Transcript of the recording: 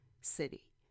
city